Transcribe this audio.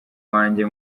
wanjye